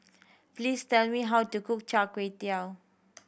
please tell me how to cook Char Kway Teow